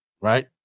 Right